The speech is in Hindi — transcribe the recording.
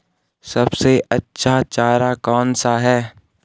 सबसे अच्छा चारा कौन सा है?